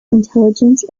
intelligence